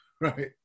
right